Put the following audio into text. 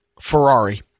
Ferrari